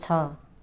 छ